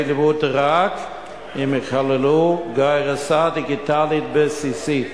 לימוד רק אם יכללו גרסה דיגיטלית בסיסית.